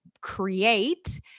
create